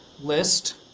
list